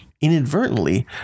inadvertently